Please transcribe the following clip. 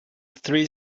three